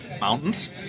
mountains